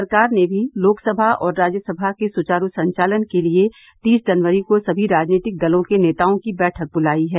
सरकार ने भी लोकसभा और राज्यसभा के सुचारू संचालन के लिए तीस जनवरी को सभी राजनीतिक दलों के नेताओं की बैठक बुलाई है